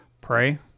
Pray